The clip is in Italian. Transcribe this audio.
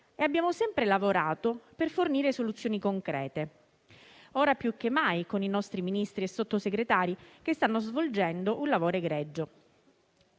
e ha sempre lavorato per fornire soluzioni concrete, ora più che mai con i nostri Ministri e Sottosegretari, che stanno svolgendo un lavoro egregio.